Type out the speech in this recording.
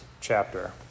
chapter